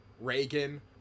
Reagan